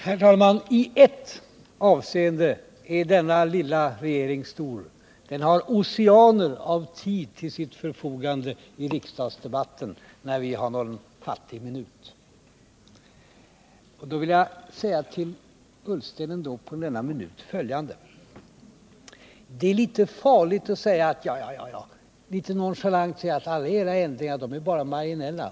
Herr talman! I ett avseende är denna lilla regering stor: den har oceaner av tid till sitt förfogande i riksdagsdebatten, medan vi har någon fattig minut. På denna minut vill jag ändå till Ola Ullsten säga följande. Det är litet farligt att en smula nonchalant säga: Ja, ja, ja — alla era förändringar är bara marginella.